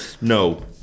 No